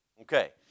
Okay